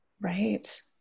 Right